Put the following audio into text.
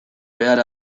behar